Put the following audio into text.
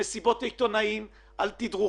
במסיבות עיתונאים ותדרוכים.